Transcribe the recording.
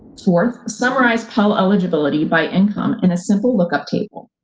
fourth, summarize pell eligibility by income in a simple lookup table,